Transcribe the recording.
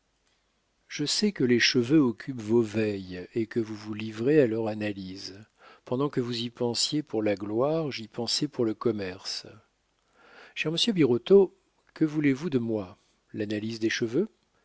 je sais que les cheveux occupent vos veilles et que vous vous livrez à leur analyse pendant que vous y pensiez pour la gloire j'y pensais pour le commerce cher monsieur birotteau que voulez-vous de moi l'analyse des cheveux